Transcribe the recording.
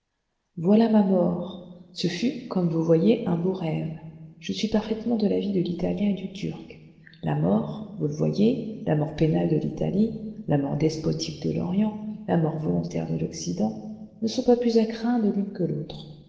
voilà ma mort ce fut comme vous voyez un beau rêve je suis parfaitement de l'avis de l'italien et du turc la mort vous le voyez la mort pénale de l'italie la mort despotique de l'orient la mort volontaire de l'occident ne sont pas plus à craindre l'une que l'autre